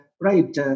right